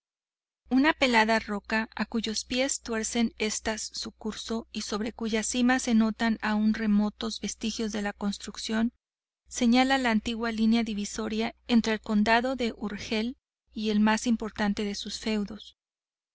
una pelada roca a cuyos pies tuercen éstas su curso y sobre cuya cima se notan aún remotos vestigios de construcción señala la antigua línea divisoria entre el condado de urgel y el más importante de sus feudos